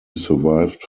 survived